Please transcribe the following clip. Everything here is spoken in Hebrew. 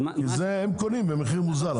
הם קונים במחיר מוזל,